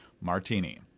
MARTINI